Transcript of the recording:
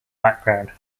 background